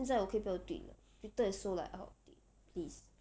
现在我可以不要 tweet 了 Twitter is so like outdate please